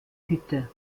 hütte